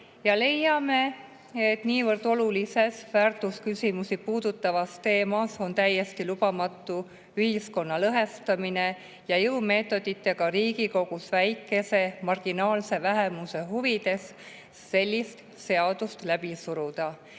Leiame, et niivõrd olulise väärtusküsimusi puudutava teema puhul on täiesti lubamatu ühiskonna lõhestamine ja jõumeetoditega Riigikogus väikese, marginaalse vähemuse huvides sellise seaduse läbi surumine.